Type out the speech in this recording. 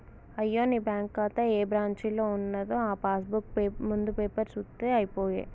అయ్యో నీ బ్యాంకు ఖాతా ఏ బ్రాంచీలో ఉన్నదో ఆ పాస్ బుక్ ముందు పేపరు సూత్తే అయిపోయే